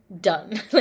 done